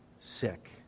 sick